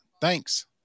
Thanks